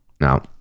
Now